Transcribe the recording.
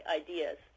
ideas